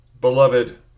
Beloved